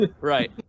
right